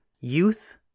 Youth